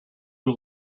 who